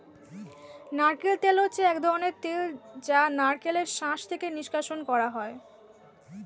নারকেল তেল হচ্ছে এক ধরনের তেল যা নারকেলের শাঁস থেকে নিষ্কাশণ করা হয়